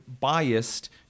biased